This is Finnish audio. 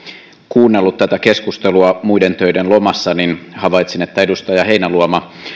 kuunnellut tätä keskustelua muiden töiden lomassa havaitsin että edustaja heinäluoma